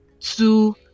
two